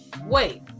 Wait